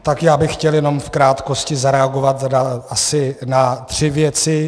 Tak já bych chtěl jenom v krátkosti zareagovat asi na tři věci.